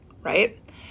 right